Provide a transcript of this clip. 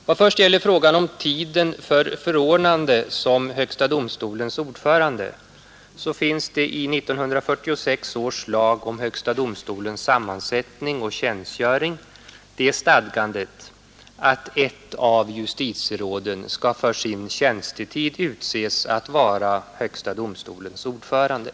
Nr 67 I vad först gäller tiden för förordnande som högsta domstolens Onsdagen den ordförande så finns i 1946 års lag om högsta domstolens sammansättning 26 april 1972 och tjänstgöring det stadgandet att ett av justitieråden skall för sin —Z tjänstetid utses att vara högsta domstolens ordförande.